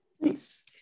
nice